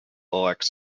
elects